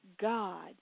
God